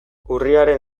urriaren